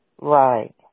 right